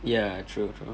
ya true true